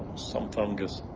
some fungus.